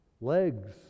legs